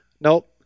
nope